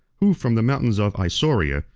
who, from the mountains of isauria,